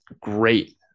great